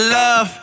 love